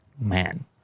Man